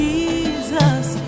Jesus